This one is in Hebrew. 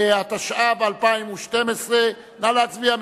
התשע"ב 2012, נא להצביע.